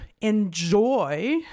enjoy